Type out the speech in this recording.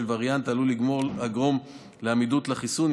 שעלול לגרום לעמידות לחיסון,